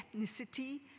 ethnicity